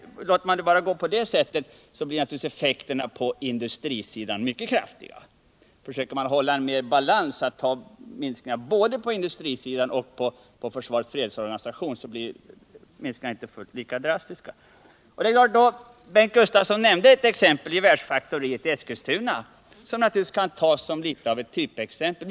Om man fortsätter på det sättet blir som sagt effekterna på industrisidan mycket kraftiga. Försöker man mer att hålla en balans och tar minskningarna både på materielsidan och på fredsorganisationssidan blir effekterna inte lika drastiska. Bengt Gustavsson nämnde ett exempel, gevärsfaktoriet i Eskilstuna, som kan tas som ett typexempel.